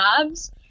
jobs